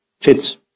fits